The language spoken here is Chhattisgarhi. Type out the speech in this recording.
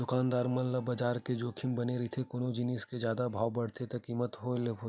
दुकानदार मन ल बजार के जोखिम बने रहिथे कोनो जिनिस के जादा भाव बड़हे ले कमती होय ले